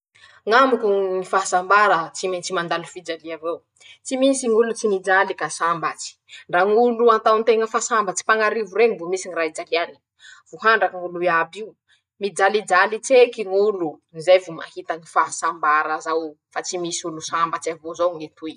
Ñamiko ñy fahasambara, tsy mentsy mandalo fijalia avao, tsy misy ñ'olo tsy nijaly ka sambatsy, ndra ñ'olo atao nteña sambatsy fa pañarivo reñy mbo misy ñy raha ijaliane, vo handraky ñ'olo iab'io, mijalijaly tseky ñ'olo, zay vo mahita any fahasambara zao, fa tsy misy olo sambatsy zao avao ñ'etoy.